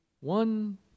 One